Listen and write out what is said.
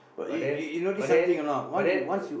but then but then but then